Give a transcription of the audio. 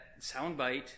soundbite